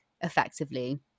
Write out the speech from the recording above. effectively